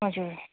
हजुर